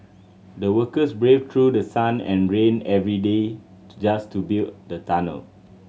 the workers braved through sun and rain every day just to build the tunnel